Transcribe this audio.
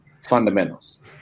fundamentals